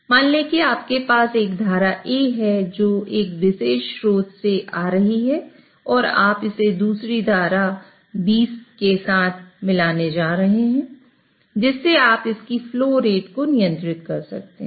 मान लें कि आपके पास एक धारा A है जो एक विशेष स्रोत से आ रही है और आप इसे दूसरी धारा FB के साथ मिलाने जा रहे हैं जिससे आप इसकी फ्लो रेट को नियंत्रित कर सकते हैं